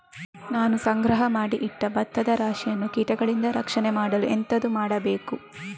ನಾನು ಸಂಗ್ರಹ ಮಾಡಿ ಇಟ್ಟ ಭತ್ತದ ರಾಶಿಯನ್ನು ಕೀಟಗಳಿಂದ ರಕ್ಷಣೆ ಮಾಡಲು ಎಂತದು ಮಾಡಬೇಕು?